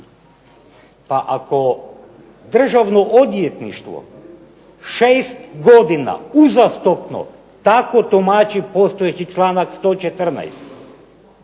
Pa ako državno odvjetništvo 6 godina uzastopno tako tumači postojeći članak 114.